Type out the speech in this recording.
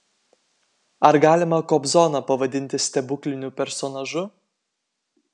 ar galima kobzoną pavadinti stebukliniu personažu